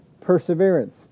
perseverance